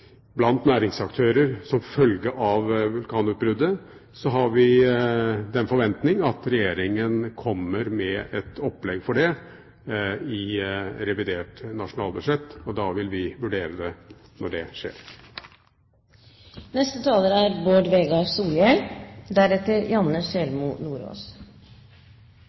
blant næringsaktører som følge av vulkanutbruddet, har vi den forventning at Regjeringen kommer med et opplegg for det i revidert nasjonalbudsjett, og da vil vi vurdere det når det skjer. Det er